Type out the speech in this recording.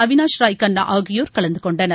அவினாஷ் ராய் கண்ணா ஆகியோர் கலந்து கொண்டனர்